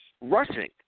rushing